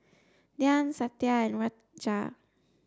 Dhyan Satya and Raja